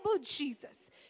Jesus